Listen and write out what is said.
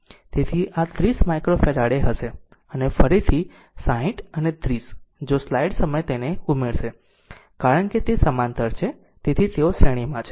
તેથી આ 30 માઈક્રોફેરાડે હશે અને ફરીથી 60 અને 30 જો સ્લાઈડ સમય તેને ઉમેરશે કારણ કે તે સમાંતર છે તેથી તેઓ શ્રેણીમાં છે